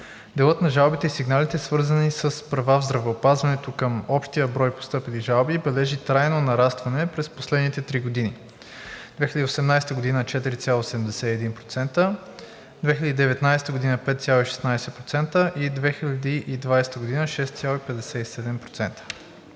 Делът на жалбите и сигналите, свързани с права в здравеопазването към общия брой постъпили жалби, бележи трайно нарастване през последните три години: 2018 г. – 4,71 %, 2019 г. – 5,16 %, и 2020 г. – 6,57 %.